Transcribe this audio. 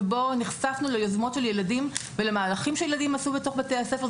שבו נחשפנו ליוזמות של ילדים ולמהלכים שהם עשו בתוך בתי הספר.